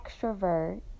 extrovert